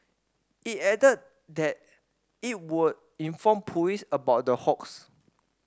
it added that it would inform police about the hoax